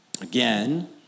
Again